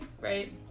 right